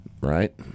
right